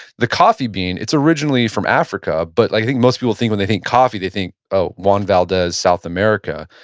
the coffee bean, it's originally from africa, but i think most people think when they think coffee, they think, oh, juan valdez, south america.